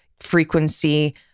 frequency